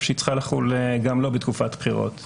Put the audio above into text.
שהיא צריכה גם לחול לא בתקופת בחירות.